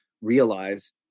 realize